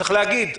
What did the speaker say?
צריך להגיד,